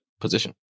position